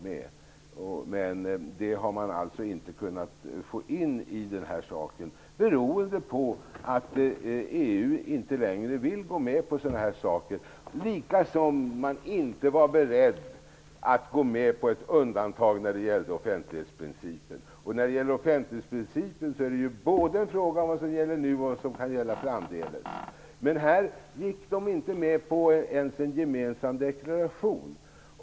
Men det har man inte kunnat få in, eftersom EU inte längre vill gå med på sådana här saker. Man var inte heller beredd att gå med på ett undantag när det gäller offentlighetsprincipen. Beträffande offentlighetsprincipen är det både en fråga om vad som gäller nu och vad som kan gälla framdeles. Man gick inte ens med på en gemensam deklaration.